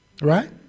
right